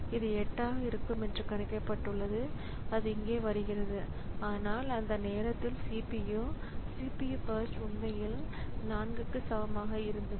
இது 8 ஆக இருக்கும் என்று கணிக்கப்பட்டுள்ளது அது இங்கே வருகிறது ஆனால் அந்த நேரத்தில் CPU CPU பர்ஸ்ட் உண்மையில் 4 க்கு சமமாக இருந்தது